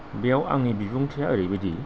बेयाव आंनि बिबुंथिया ओरैबायदि